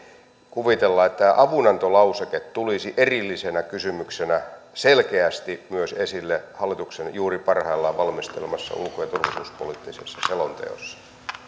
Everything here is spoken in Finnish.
kuvitella että tämä avunantolauseke tulisi erillisenä kysymyksenä selkeästi myös esille hallituksen juuri parhaillaan valmistelemassa ulko ja turvallisuuspoliittisessa selonteossa